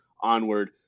onward